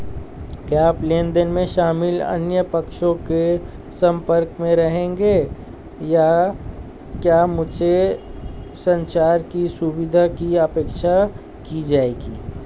क्या आप लेन देन में शामिल अन्य पक्षों के संपर्क में रहेंगे या क्या मुझसे संचार की सुविधा की अपेक्षा की जाएगी?